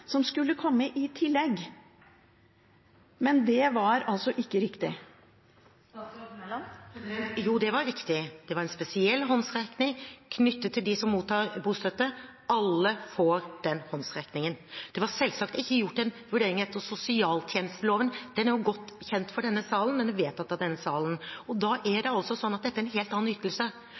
som skulle komme i tillegg, men det var altså ikke riktig? Jo, det var riktig. Det var en spesiell håndsrekning knyttet til dem som mottar bostøtte. Alle får den håndsrekningen. Det var selvsagt ikke gjort en vurdering etter sosialtjenesteloven. Den er jo godt kjent for denne salen, den er vedtatt av denne salen. Dette er